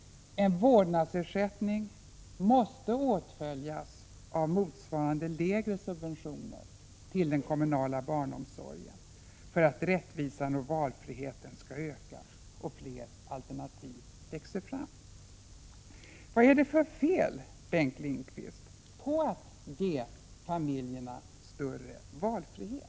En vårdnadsersättning måste åtföljas av motsvarande lägre subventioner till den kommunala barnomsorgen för att rättvisan och valfriheten skall öka och fler alternativ kunna växa fram. Vad är det för fel, Bengt Lindqvist, med att ge familjerna större valfrihet?